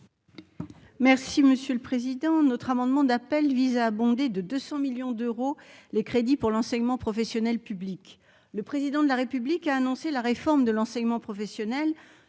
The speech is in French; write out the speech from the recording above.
Merci monsieur le Président notre amendement d'appel vise à abonder de 200 millions d'euros les crédits pour l'enseignement professionnel public, le président de la République a annoncé la réforme de l'enseignement professionnel,